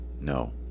no